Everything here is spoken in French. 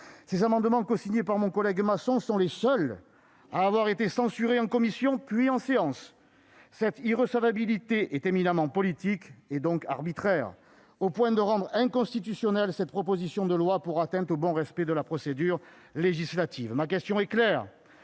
Ces amendements cosignés avec mon collègue Jean Louis Masson sont les seuls à avoir été censurés en commission, puis en séance. Cette irrecevabilité est éminemment politique et arbitraire, au point de rendre inconstitutionnelle la proposition de loi pour atteinte au bon respect de la procédure législative. Ma question est claire